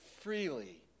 freely